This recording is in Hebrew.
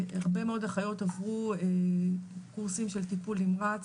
הרבה מאוד אחיות עברו קורסים של טיפול נמרץ